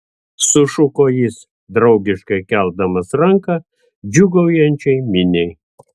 sušuko jis draugiškai keldamas ranką džiūgaujančiai miniai